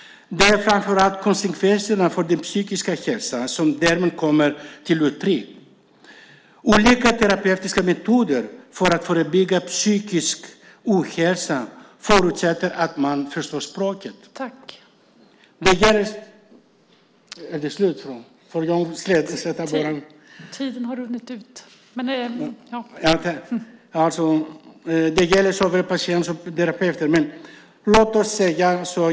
Det är framför allt konsekvenserna för den psykiska hälsan som därmed kommer till uttryck. Olika terapeutiska metoder för att förebygga psykisk ohälsa förutsätter att man förstår språket. Det gäller såväl patienten och terapeuten.